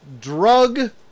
drug